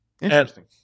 Interesting